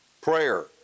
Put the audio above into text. prayer